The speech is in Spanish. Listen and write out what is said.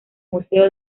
museo